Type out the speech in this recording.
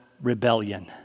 rebellion